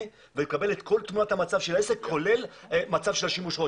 ומקבל את כל תמונת המצב של העסק כולל מצב של השימוש החורג.